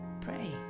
pray